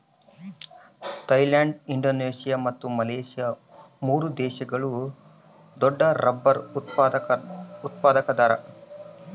Thailand Indonesia ಮತ್ತು Malaysia ಮೂರು ದೇಶಗಳು ದೊಡ್ಡರಬ್ಬರ್ ಉತ್ಪಾದಕರದಾರ